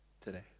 today